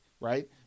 right